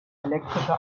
elektrische